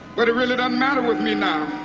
but it really doesn't matter with me now,